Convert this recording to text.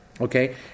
Okay